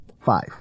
Five